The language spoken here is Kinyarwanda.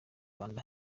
rwanda